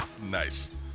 Nice